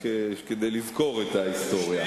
רק כדי לזכור את ההיסטוריה.